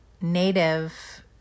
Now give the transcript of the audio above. native